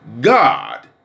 God